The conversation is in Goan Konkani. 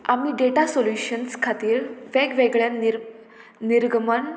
आमी डेटा सोल्युशन्स खातीर वेगवेगळ्या निर्गमन